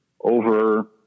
over